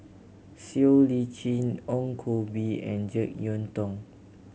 Siow Lee Chin Ong Koh Bee and Jek Yeun Thong